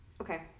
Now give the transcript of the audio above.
Okay